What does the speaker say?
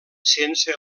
sense